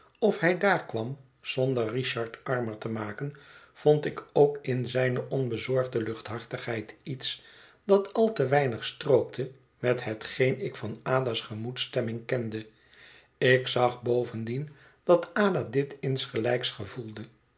of hij daar kwam zonder richard armer te maken vond ik ook in zijne onbezorgde luchthartigheid iets dat al te weinig strookte met hetgeen ik van ada's gemoedsstemming kende ik zag bovendien dat ada dit insgelijks gevoelde